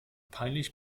peinlich